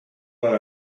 one